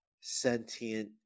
sentient